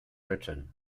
britain